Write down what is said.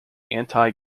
anti